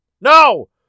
No